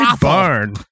barn